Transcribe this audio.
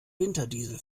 winterdiesel